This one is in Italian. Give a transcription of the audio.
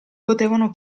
potevano